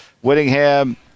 Whittingham